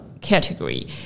category